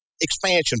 expansion